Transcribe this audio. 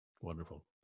Wonderful